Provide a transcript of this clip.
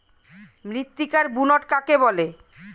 মৃত্তিকার বুনট কাকে বলে?